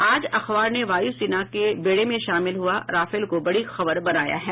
आज अखबार ने वायु सेना के बेड़े में शामिल हुआ राफेल को बड़ी खबर बनाया है